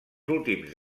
últims